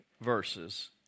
verses